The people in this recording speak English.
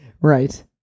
Right